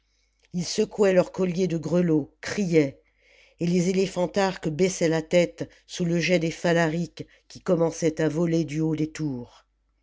ils secouaient leurs colliers de grelots criaient et les éléphantarques baissaient la tête sous le jet des phalariques qui commençaient à voler du haut des tours